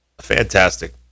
fantastic